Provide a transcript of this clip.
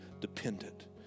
dependent